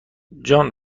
جان